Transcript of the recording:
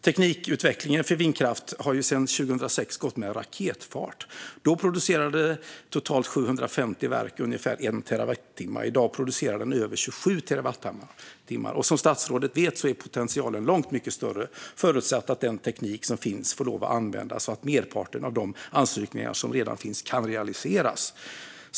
Teknikutvecklingen för vindkraft har sedan 2006 gått med raketfart. Då producerade totalt 750 verk ungefär 1 terawattimme. I dag producerar de över 27 terawattimmar, och som statsrådet vet är potentialen långt mycket större förutsatt att den teknik som finns får lov att användas och att merparten av de ansökningar som redan finns kan realiseras.